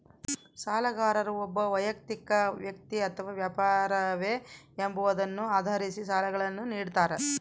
ಸಾಲಗಾರರು ಒಬ್ಬ ವೈಯಕ್ತಿಕ ವ್ಯಕ್ತಿ ಅಥವಾ ವ್ಯಾಪಾರವೇ ಎಂಬುದನ್ನು ಆಧರಿಸಿ ಸಾಲಗಳನ್ನುನಿಡ್ತಾರ